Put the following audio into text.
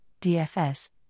DFS